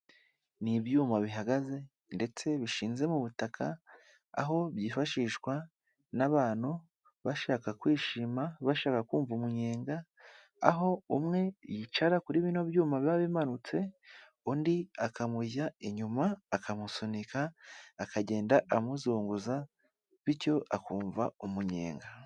Ni ibyuma bihagaze ndetse bishinze mu butaka aho byifashishwa n'abantu bashaka kwishima, bashaka kumva umunyenga aho umwe yicara kuri bino byuma biba bimanutse undi akamujya inyuma akamusunika akagenda amuzunguza bityo akumva umunyenga.